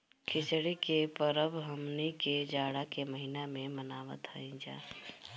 खिचड़ी के परब हमनी के जाड़ा के महिना में मनावत हई जा